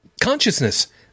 consciousness